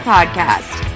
Podcast